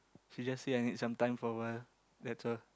he just say I need some time for a while